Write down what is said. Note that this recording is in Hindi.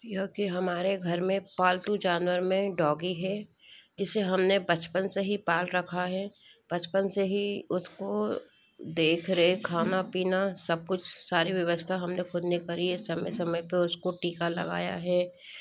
क्योंकि हमारे घर में पालतू जानवर में डॉगी है जिसे हमने बचपन से ही पाल रखा है बचपन से ही उसको देख रहे खाना पीना सब कुछ सारी व्यवस्था हमने खुद ने करी है समय समय पे उसको टीका लगाया है